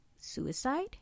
suicide